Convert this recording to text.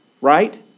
Right